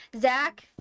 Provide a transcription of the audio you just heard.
zach